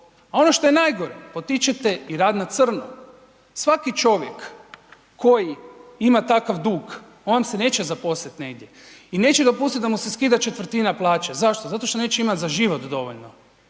a ono što je najgore potičete i rad na crno. Svaki čovjek koji ima takav dug on vam se neće zaposlit negdje i neće dopustit da mu se skida četvrtina plaće. Zašto? Zato što neće imat za život dovoljno.